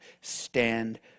Stand